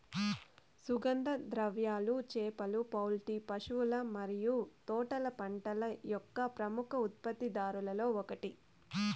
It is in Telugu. సుగంధ ద్రవ్యాలు, చేపలు, పౌల్ట్రీ, పశువుల మరియు తోటల పంటల యొక్క ప్రముఖ ఉత్పత్తిదారులలో ఒకటి